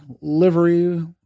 livery